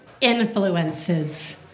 influences